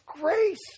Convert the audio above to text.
grace